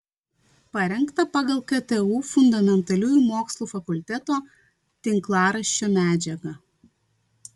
parengta pagal ktu fundamentaliųjų mokslų fakulteto tinklaraščio medžiagą